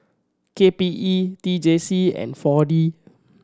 K P E T J C and Four D